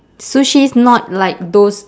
sushis not like those